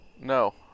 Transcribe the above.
No